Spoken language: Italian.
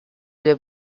due